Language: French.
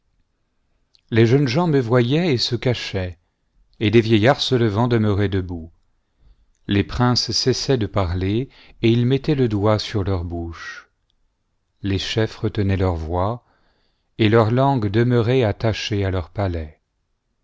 les jeunes gens me voyaient et se cachaient et les vieillards se levant demeuraient debout les princes cessaient de parler et ils mettaient le doigt sur leur bouche les chefs retenaient leur voix et leur langue demeurait attachée à leur palais